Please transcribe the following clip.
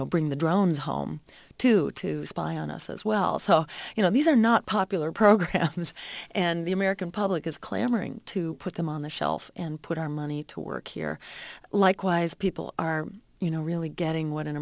know bring the drones home to to spy on us as well so you know these are not popular programs and the american public is clamoring to put them on the shelf and put our money to work here like wise people are you know really getting what an